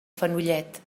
fenollet